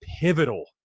pivotal